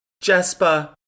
Jasper